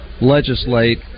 legislate